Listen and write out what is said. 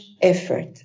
effort